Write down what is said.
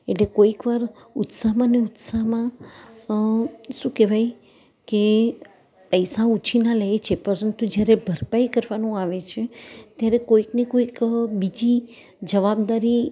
એટલે કોઈક વાર ઉત્સાહમાંને ઉત્સાહમાં શું કહેવાય કે પૈસા ઉછીના લે છે પરંતુ જ્યારે ભરપાઈ કરવાનું આવે છે ત્યારે કોઈકને કોઈક બીજી જવાબદારી